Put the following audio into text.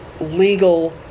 legal